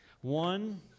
One